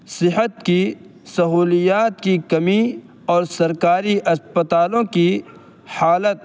صحت کی سہولیات کی کمی اور سرکاری اسپتالوں کی حالت